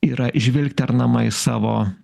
yra žvilgternama į savo